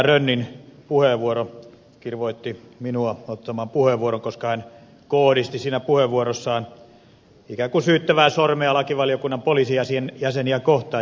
rönnin puheenvuoro kirvoitti minua ottamaan puheenvuoron koska hän kohdisti siinä puheenvuorossaan ikään kuin syyttävää sormea lakivaliokunnan poliisijäseniä kohtaan